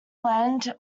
land